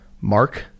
Mark